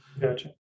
Gotcha